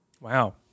Wow